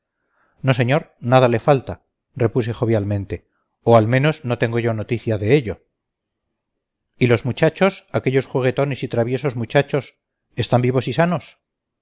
no señor nada le falta repuse jovialmente o al menos no tengo yo noticia de ello y los muchachos aquellos juguetones y traviesos muchachos están vivos y sanos